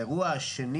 האירוע השני